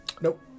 Nope